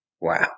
Wow